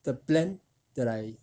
the plan they're like